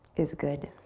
is good.